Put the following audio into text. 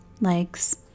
legs